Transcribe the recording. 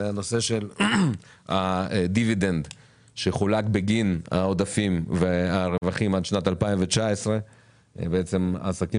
בנושא של הדיבידנד שחולק בגין העודפים והרווחים עד שנת 2019. עסקים